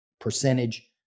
percentage